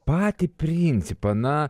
patį principą na